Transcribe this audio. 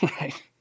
right